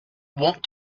what